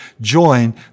join